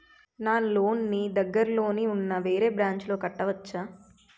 నా లోన్ నీ దగ్గర్లోని ఉన్న వేరే బ్రాంచ్ లో కట్టవచా?